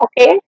okay